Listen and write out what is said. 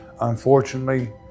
unfortunately